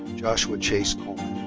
joshua chase coleman.